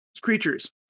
creatures